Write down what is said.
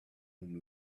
whom